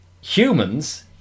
humans